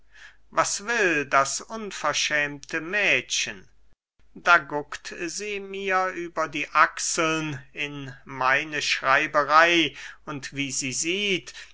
was will das unverschämte mädchen da guckt sie mir über die achseln in meine schreiberey und wie sie sieht